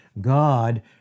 God